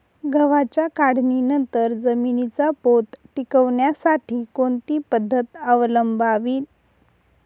गव्हाच्या काढणीनंतर जमिनीचा पोत टिकवण्यासाठी कोणती पद्धत अवलंबवावी?